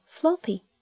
Floppy